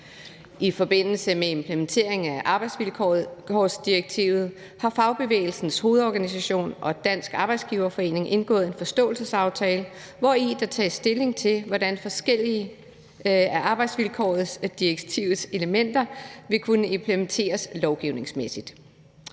I forbindelse med implementeringen af arbejdsvilkårsdirektivet har Fagbevægelsens Hovedorganisation og Dansk Arbejdsgiverforening indgået en forståelsesaftale, hvori der tages stilling til, hvordan arbejdsvilkårsdirektivets forskellige elementer vil kunne implementeres lovgivningsmæssigt.